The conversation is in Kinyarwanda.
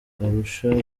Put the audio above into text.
arusha